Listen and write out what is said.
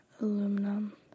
Aluminum